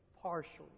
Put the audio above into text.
partially